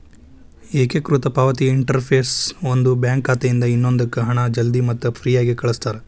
ಏಕೇಕೃತ ಪಾವತಿ ಇಂಟರ್ಫೇಸ್ ಒಂದು ಬ್ಯಾಂಕ್ ಖಾತೆಯಿಂದ ಇನ್ನೊಂದಕ್ಕ ಹಣ ಜಲ್ದಿ ಮತ್ತ ಫ್ರೇಯಾಗಿ ಕಳಸ್ತಾರ